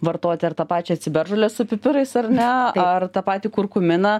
vartoti ar tą pačią ciberžolę su pipirais ar ne ar tą patį kurkuminą